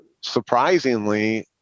surprisingly